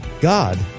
God